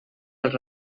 els